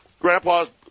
Grandpa's